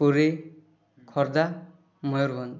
Puri Khordha Mayurbhanj